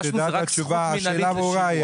כשתדע את התשובה השאלה ברורה,